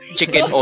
Chicken